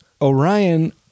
Orion